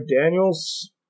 Daniels